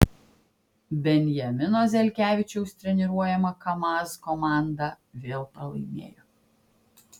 benjamino zelkevičiaus treniruojama kamaz komanda vėl pralaimėjo